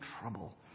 trouble